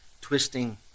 twisting